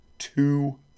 two